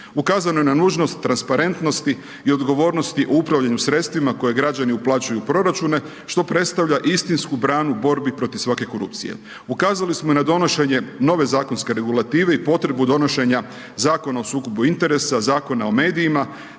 Ukazano je na nužnost, tranširanosti i odgovornosti o upravljanim sredstvima, koje građani uplaćuju u proračune, što predstavlja istinsku branu u borbi protiv svake korupcije. Ukazali smo i na donošenje nove zakonske regulative i potrebu donošenje Zakona o sukobu interesa, Zakona o medijima,